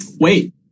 Wait